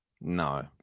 No